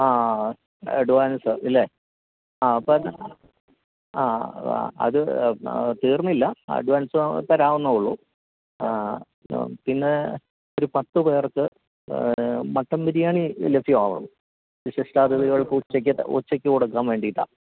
ആ അഡ്വാൻസ് ഇല്ലേ അപ്പോള് ആ അത് തീർന്നില്ല അഡ്വാൻസ് തരാവുന്നതേ ഉള്ളു പിന്നെ ഒരു പത്ത് പേർക്ക് മട്ടൺ ബിരിയാണി ലഭ്യമാുമോ വിശിഷ്ടാതിഥികൾക്ക് ഉച്ചയ്ക്കു കൊടുക്കാന് വേണ്ടിയിട്ടാണ്